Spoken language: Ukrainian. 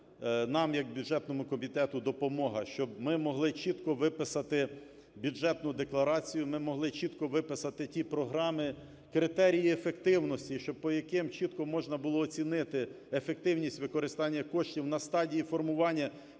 нам як бюджетному комітету допомога, щоб ми могли чітко виписати бюджетну декларацію, ми могли чітко виписати ті програми, критерії ефективності, по яким чітко можна було оцінити ефективність використання коштів на стадії формування